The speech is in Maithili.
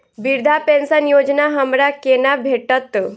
वृद्धा पेंशन योजना हमरा केना भेटत?